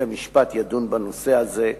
בית-המשפט ידון בנושא הזה,